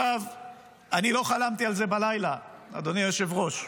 אני לא חלמתי על זה בלילה, אדוני היושב-ראש.